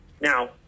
Now